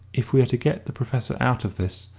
if we are to get the professor out of this,